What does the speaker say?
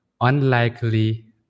unlikely